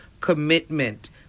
commitment